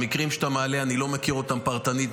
המקרים שאתה מעלה, אני לא מכיר אותם פרטנית.